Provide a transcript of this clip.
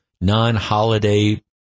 non-holiday